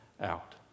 Out